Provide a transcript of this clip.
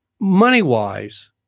money-wise